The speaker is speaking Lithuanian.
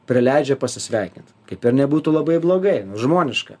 prileidžia pasisveikint kaip ir nebūtų labai blogai žmoniška